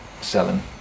selling